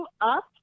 up